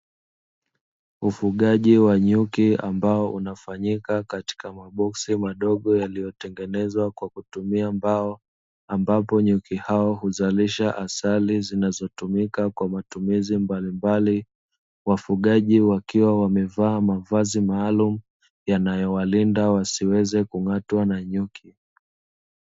Ufugaji wa nyuki ambao unafanyika katika maboksi madogo yaliyotengenzwa kwa kutumia mbao, ambapo nyuki hao huzalisha asali zinazotumika kwa matumzi mbalimbali. Wafugaji wakiwa wamevaa mavazi maalumu yanayowalinda wasiweze kung’atwa na nyuki.